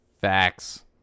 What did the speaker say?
Facts